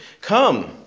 come